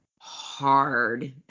hard